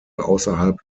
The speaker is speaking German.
außerhalb